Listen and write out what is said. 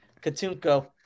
Katunko